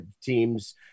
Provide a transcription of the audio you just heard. teams –